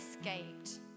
escaped